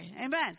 Amen